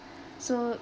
so